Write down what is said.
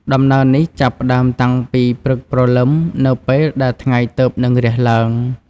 ដំណើរនេះ ចាប់ផ្តើមតាំងពីព្រឹកព្រលឹមនៅពេលដែលថ្ងៃទើបនឹងរះឡើង។